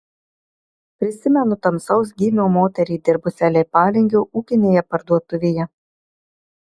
prisimenu tamsaus gymio moterį dirbusią leipalingio ūkinėje parduotuvėje